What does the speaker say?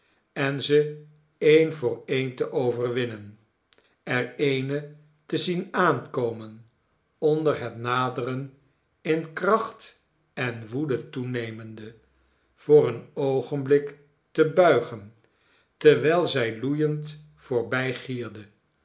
en ze een voor een te overwinnen er eene te zien aankomen onder het naderen in kracht en woede toenemende voor een oogenblik te buigen terwijl zij loeiend voorbijgierde